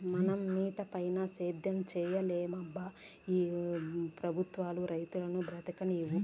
మన మిటపైన సేద్యం సేయలేమబ్బా ఈ పెబుత్వాలు రైతును బతుకనీవు